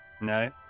no